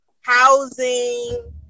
housing